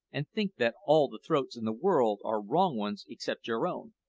and think that all the throats in the world are wrong ones except your own.